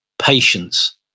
patience